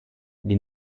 die